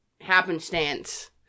happenstance